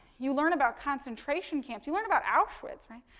you learn about concentration camps, you learn about auschwitz, right.